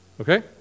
Okay